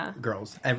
girls